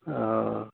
ᱚᱻ